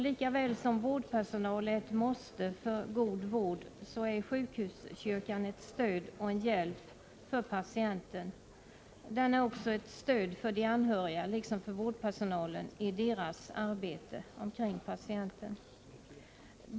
Lika väl som vårdpersonal är ett måste för god vård är sjukhuskyrkan ett stöd och en hjälp för patienten. Den är också ett stöd för de anhöriga och vårdpersonalen i deras arbete kring patienten.